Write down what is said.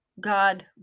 God